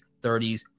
30s